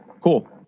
cool